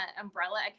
Umbrella